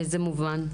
באיזה מובן?